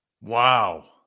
Wow